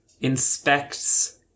inspects